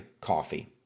coffee